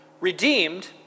Redeemed